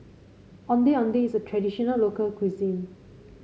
Ondeh Ondeh is a traditional local cuisine